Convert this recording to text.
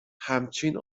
همچین